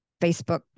Facebook